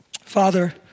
Father